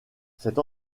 cette